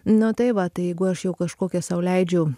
nu tai va tai jeigu aš jau kažkokią sau leidžiu